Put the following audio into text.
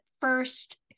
first